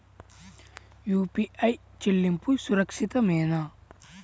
UPI చెల్లింపు సురక్షితమేనా?